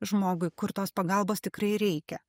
žmogui kur tos pagalbos tikrai reikia